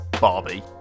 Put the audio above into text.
Barbie